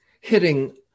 hitting